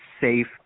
safe